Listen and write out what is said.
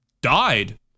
died